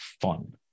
fun